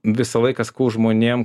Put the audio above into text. visą laiką sakau žmonėm